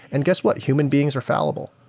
and guess what? human beings are fallible.